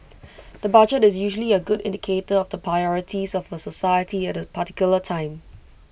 the budget is usually A good indicator of the priorities of A society at A particular time